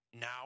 Now